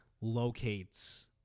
locates